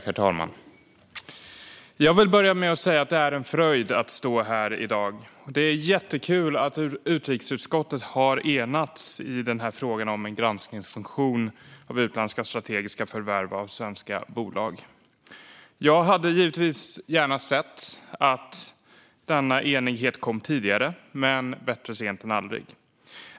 Herr talman! Jag vill börja med att säga att det är en fröjd att stå här i dag. Det är jättekul att utrikesutskottet har enats i frågan om en granskningsfunktion av utländska strategiska förvärv av svenska bolag. Jag hade givetvis gärna sett att denna enighet kommit tidigare, men bättre sent än aldrig.